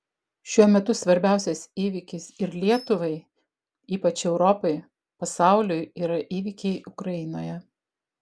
šiuo metu svarbiausias įvykis ir lietuvai ypač europai pasauliui yra įvykiai ukrainoje